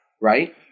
right